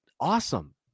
awesome